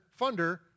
funder